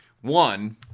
One